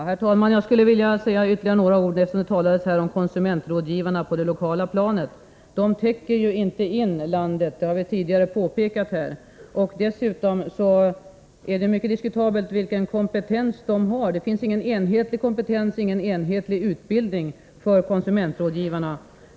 Herr talman! Jag skulle vilja säga ytterligare några ord, eftersom det här talades om konsumentrådgivarna på det lokala planet. De täcker ju inte in landet — det har vi tidigare påpekat. Dessutom är det mycket diskutabelt vilken kompetens de har. Det finns ingen enhetlig kompetens, ingen enhetlig utbildning för konsumentrådgivarna.